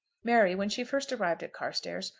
mary, when she first arrived at carstairs,